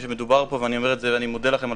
היא שמדובר פה ואני מודה לכם על